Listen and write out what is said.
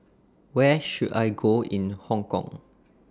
Where should I Go in Hong Kong